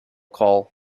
call